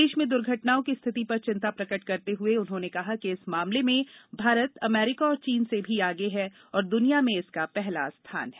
देश में दुर्घटनाओं की स्थिति पर चिंता प्रकट करते हुए उन्होंने कहा कि इस मामले में भारत अमरीका और चीन से भी आगे है और दुनिया में इसका पहला स्थान है